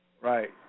Right